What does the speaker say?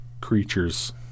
creatures